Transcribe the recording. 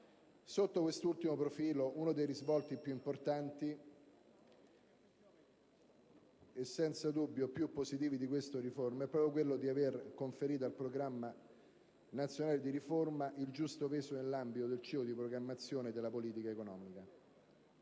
Sotto quest'ultimo profilo, uno dei risvolti più importanti e senza dubbio più positivi di questa riforma è proprio quello di avere conferito al Programma nazionale di riforma il giusto peso nell'ambito del ciclo di programmazione della politica economica.